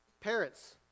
Parents